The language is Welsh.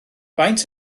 faint